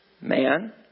man